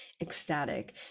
ecstatic